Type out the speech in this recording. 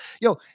Yo